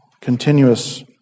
continuous